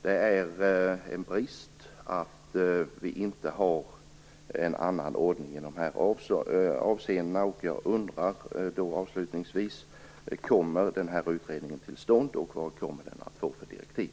Det är en brist att vi inte har en annan ordning i dessa avseenden. Jag undrar avslutningsvis om ifall utredningen kommer till stånd och vad den i så fall kommer att få för direktiv.